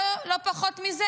לא פחות מזה,